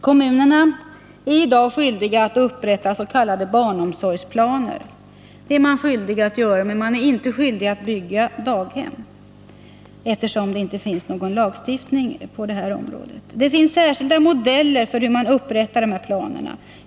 Kommunerna är i dag skyldiga att upprätta s.k. barnomsorgsplaner, men man är inte skyldig att bygga daghem, eftersom det inte finns någon lagstiftning på det här området. Det finns särskilda modeller för hur man upprättar de här planerna.